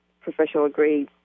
professional-grade